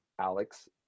Alex